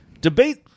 Debate